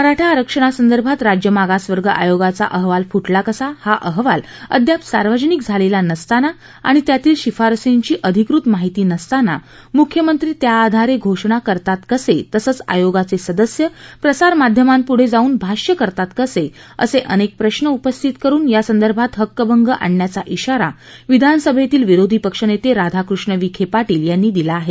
मराठा आरक्षणासंदर्भात राज्य मागासवर्ग आयोगाचा अहवाल फुटला कसा हा अहवाल अद्याप सार्वजनिक झालेला नसताना आणि त्यातील शिफारसींची अधिकृत माहिती नसताना मुख्यमंत्री त्याआधारे घोषणा करतात कसे तसंच आयोगाचे सदस्य प्रसारमाध्यमांपुढे जाऊन भाष्य करतात कसेअसे अनेक प्रश्न उपस्थित करून यासंदर्भात हक्कभंग आणण्याचा इशारा विधानसभेतील विरोधी पक्षनेते राधाकृष्ण विखे पाटील यांनी दिला आहे